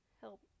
Help